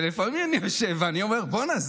ולפעמים אני יושב ואומר: בוא'נה,